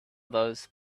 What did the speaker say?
those